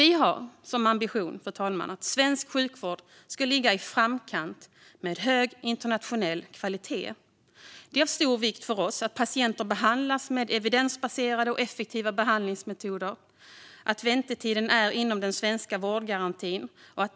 Vi har som ambition att svensk sjukvård ska ligga i framkant och hålla hög internationell kvalitet. Det är av stor vikt för oss att patienter behandlas med evidensbaserade och effektiva behandlingsmetoder och att väntetiden är inom den svenska vårdgarantins ramar.